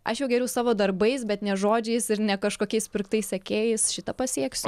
aš jau geriau savo darbais bet ne žodžiais ir ne kažkokiais pirktais sekėjais šitą pasieksiu